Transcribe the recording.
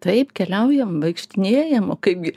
taip keliaujam vaikštinėjam o kaipgi